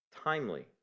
timely